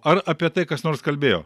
ar apie tai kas nors kalbėjo